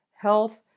Health